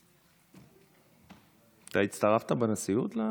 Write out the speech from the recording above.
אתה הצטרפת בנשיאות?